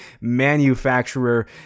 manufacturer